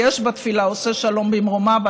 יש בתפילה "עושה שלום במרומיו",